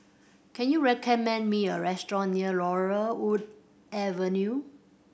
can you recommend me a restaurant near Laurel Wood Avenue